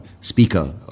speaker